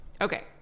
Okay